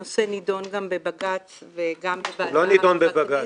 הנושא נידון גם בבג"צ וגם בוועדה בכנסת --- הוא לא נידון בבג"צ.